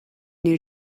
new